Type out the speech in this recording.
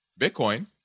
Bitcoin